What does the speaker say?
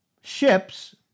ships